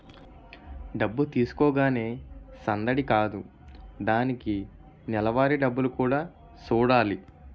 డబ్బు తీసుకోగానే సందడి కాదు దానికి నెలవారీ డబ్బులు కూడా సూడాలి